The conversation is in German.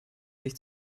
sich